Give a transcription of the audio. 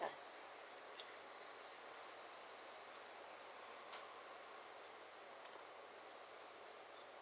ya